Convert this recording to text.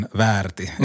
väärti